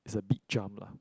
is a big jump lah